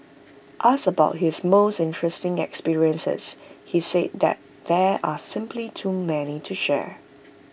asked about his most interesting experiences he said that there are simply too many to share